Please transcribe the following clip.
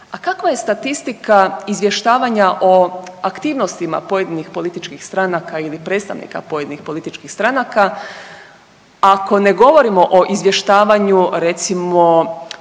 a kakva je statistika izvještavanja o aktivnostima pojedinih političkih stranaka ili predstavnika pojedinih političkih stranaka, ako ne govorimo o izvještavanju recimo